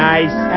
Nice